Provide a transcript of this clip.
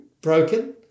broken